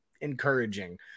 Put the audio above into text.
encouraging